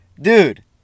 Dude